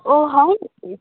অ' হয় নেকি